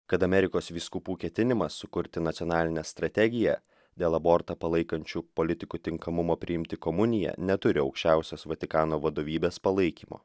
kad amerikos vyskupų ketinimas sukurti nacionalinę strategiją dėl abortą palaikančių politikų tinkamumo priimti komuniją neturi aukščiausios vatikano vadovybės palaikymo